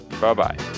Bye-bye